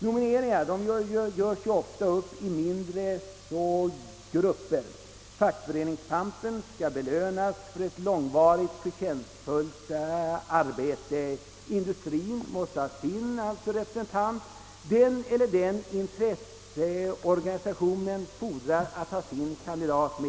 Nomineringarna görs ofta upp i mindre grupper. Fackföreningspampen skall belönas för ett långvarigt och förtjänstfullt arbete, industrin måste ha sin representant, den eller den intresseorganisationen fordrar att få sin kandidat med.